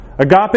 Agape